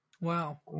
Wow